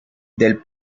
del